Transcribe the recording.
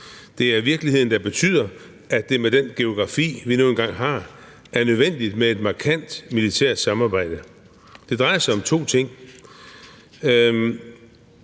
Det er virkeligheden, der betyder, at det med den geografi, vi nu engang har, er nødvendigt med et markant militært samarbejde. Det drejer sig om to ting. Den